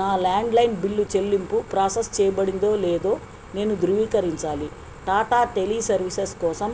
నా ల్యాండ్లైన్ బిల్లు చెల్లింపు ప్రాసెస్ చేయబడిందో లేదో నేను ధృవీకరించాలి టాటా టెలిసర్వీసెస్ కోసం